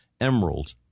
emerald